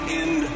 end